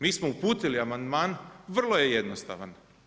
Mi smo uputili amandman, vrlo je jednostavan.